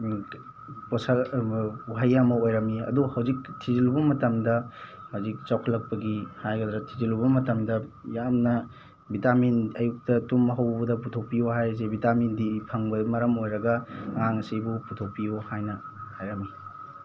ꯄꯣꯠꯁꯛ ꯋꯥꯍꯩ ꯑꯃ ꯑꯣꯏꯔꯝꯃꯤ ꯑꯗꯨ ꯍꯧꯖꯤꯛ ꯊꯤꯖꯤꯜꯂꯨꯕ ꯃꯇꯝꯗ ꯍꯧꯖꯤꯛ ꯆꯥꯎꯈꯠꯂꯛꯄꯒꯤ ꯍꯥꯏꯒꯗ꯭ꯔꯥ ꯊꯤꯖꯤꯜꯂꯨꯕ ꯃꯇꯝꯗ ꯌꯥꯝꯅ ꯕꯤꯇꯥꯃꯤꯟ ꯑꯌꯨꯛꯇ ꯇꯨꯝꯕ ꯍꯧꯕꯗ ꯄꯨꯊꯣꯛꯄꯤꯌꯨ ꯍꯥꯏꯔꯤꯁꯦ ꯕꯤꯇꯥꯃꯤꯟ ꯗꯤ ꯐꯪꯕꯒꯤ ꯃꯔꯝ ꯑꯣꯏꯔꯒ ꯑꯉꯥꯡ ꯑꯁꯤꯕꯨ ꯄꯨꯊꯣꯛꯄꯤꯌꯨ ꯍꯥꯏꯅ ꯍꯥꯏꯔꯝꯃꯤ